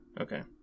okay